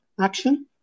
action